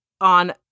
on